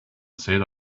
said